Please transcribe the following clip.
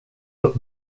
but